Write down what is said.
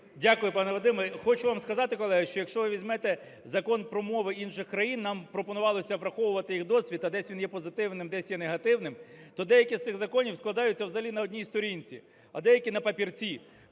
Дякую, пане Вадиме. Хочу вам сказати, колеги, що якщо ви візьмете закон про мови інших країн, нам пропонувалося враховувати їх досвід, а десь він є позитивним, десь є негативним, то деякі з цих законів складаються взагалі на одній сторінці, а деякі - на папірці,